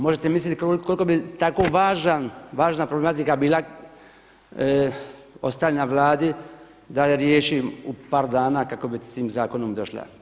Možete misliti koliko bi tako važan, važna problematika bila ostavljena Vladi da je riješi u par dana kako bi s tim zakonom došla.